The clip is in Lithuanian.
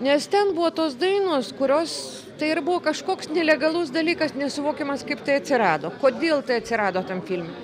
nes ten buvo tos dainos kurios tai ir buvo kažkoks nelegalus dalykas nesuvokiamas kaip tai atsirado kodėl tai atsirado tam filme